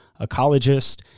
ecologist